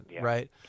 right